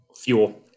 fuel